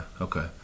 okay